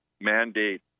mandate